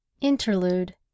Interlude